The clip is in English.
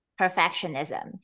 perfectionism